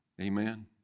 Amen